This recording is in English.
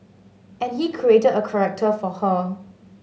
and he created a character for her